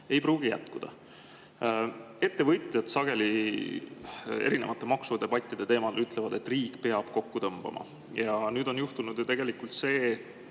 ei pruugi jätkuda. Ettevõtjad sageli erinevates maksudebattides ütlevad, et riik peab kokku tõmbama. Nüüd on juhtunud ju tegelikult see,